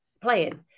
playing